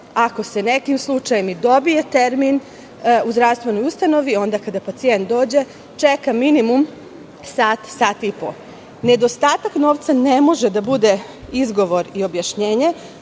ako se nekim slučajem i dobije termin u zdravstvenoj ustanovi, onda kada pacijent dođe čeka minimum sat, sat i po. Nedostatak novca ne može da bude izgovor i objašnjenje